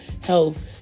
health